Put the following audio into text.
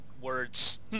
Words